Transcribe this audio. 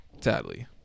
sadly